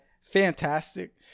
fantastic